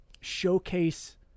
showcase